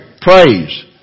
Praise